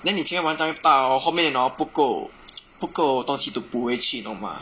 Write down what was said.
then 你前面玩这样大 hor 后面 hor 不够不够东西 to 补回去你懂吗